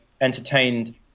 entertained